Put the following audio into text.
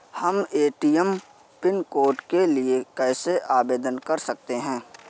हम ATM pin code के लिए कैसे आवेदन कर सकते हैं?